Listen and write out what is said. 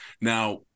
Now